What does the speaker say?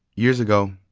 years ago,